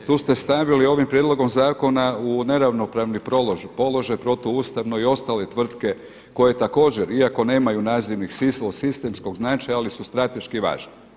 Tu ste stavili ovim prijedlogom zakona u neravnopravni položaj protu ustavno i ostale tvrtke koje također iako nemaju nazivnik sistemskog značaja ali su strateški važne.